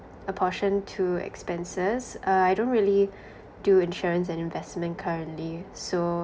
a portion to expenses uh I don't really do insurance and investment currently so